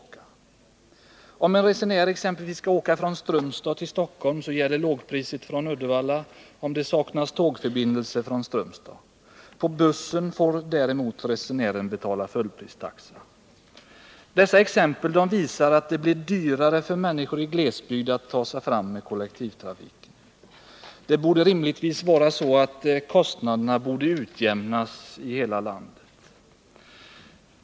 Dessa exempel kan gälla överallt i detta land. Dessa exempel visar att det blir dyrare för människor i glesbygd att ta sig fram med kollektivtrafiken. Det borde naturligtvis vara så att kostnaderna skulle utjämnas i hela landet.